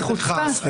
גיל ידידי,